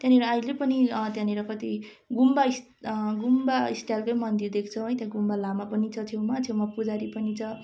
त्यहाँनिर अहिले पनि त्यहाँनिर कति गुम्बा इस् गुम्बा स्टाइलकै मन्दिर देख्छौँ है त्यहाँ गुम्बा लामा पनि छ छेउमा छेउमा पुजारी पनि छ